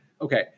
Okay